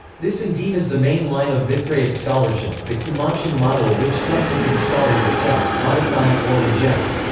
this indeed is the main line of mithraic scholarship, the cumontian model which subsequent scholars accept, modify, or reject.